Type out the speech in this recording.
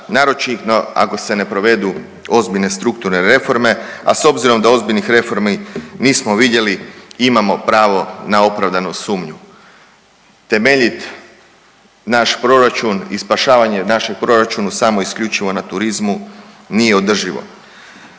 naročito ako se ne provedu ozbiljne strukturne reforme, a s obzirom da ozbiljnih reformi nismo vidjeli imamo pravo na opravdanu sumnju. Temeljit naš proračun i spašavanje našeg proračuna samo isključivo na turizmu nije održivo.